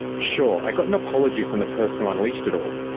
sure, i got an apology from the person who unleashed it all.